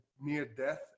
near-death